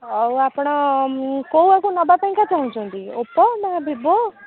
ଆଉ ଆପଣ କେଉଁ ଆକୁ ନେବା ପାଇଁକା ଚାହିୁଁଛନ୍ତି ଓପୋ ନା ଭିଭୋ